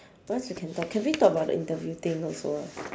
what else we can talk can we talk about the interview thing also